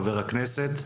חבר הכנסת,